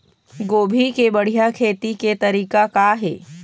गोभी के बढ़िया खेती के तरीका का हे?